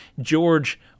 George